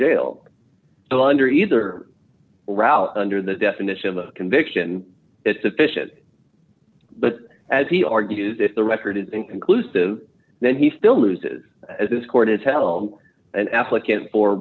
jail but under either route under the definition of a conviction is sufficient but as he argues if the record is inconclusive then he still loses this court is held an applicant for